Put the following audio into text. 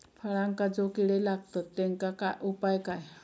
फळांका जो किडे लागतत तेनका उपाय काय?